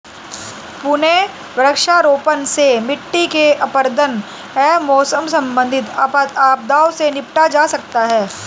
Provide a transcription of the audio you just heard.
पुनः वृक्षारोपण से मिट्टी के अपरदन एवं मौसम संबंधित आपदाओं से निपटा जा सकता है